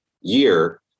year